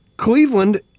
Cleveland